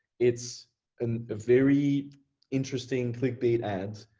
it's and a very interesting clickbait ads,